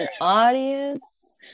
audience